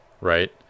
right